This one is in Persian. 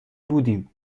بودیم